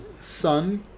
son